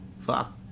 Fuck